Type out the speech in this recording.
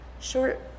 short